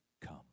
come